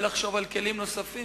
ולחשוב על כלים נוספים.